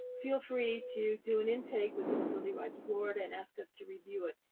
feel free to do an intake with the disability rights florida and ask us to review it.